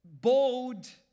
bold